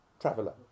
traveler